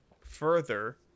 further